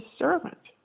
servant